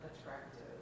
attractive